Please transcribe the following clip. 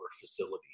facility